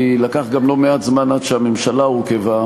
כי לקח גם לא מעט זמן עד שהממשלה הורכבה,